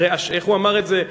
איך הוא אמר את זה,